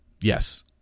Yes